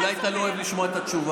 אולי אתה לא אוהב לשמוע את התשובה.